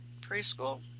preschool